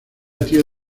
tío